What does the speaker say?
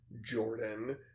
Jordan